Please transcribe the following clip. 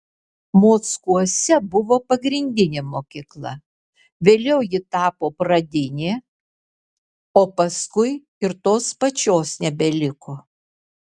mockuose buvo pagrindinė mokykla vėliau ji tapo pradinė o paskui ir tos pačios nebeliko